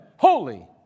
Holy